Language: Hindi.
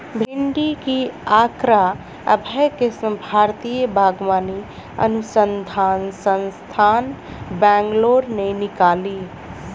भिंडी की अर्का अभय किस्म भारतीय बागवानी अनुसंधान संस्थान, बैंगलोर ने निकाली